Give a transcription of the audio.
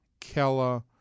Kella